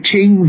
King